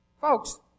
Folks